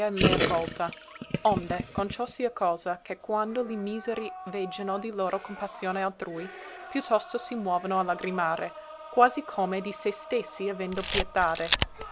accolta onde con ciò sia cosa che quando li miseri veggiono di loro compassione altrui più tosto si muovono a lagrimare quasi come di se stessi avendo